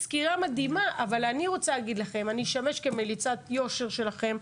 אני רוצה לשמש כמליצת יושר של המשטרה,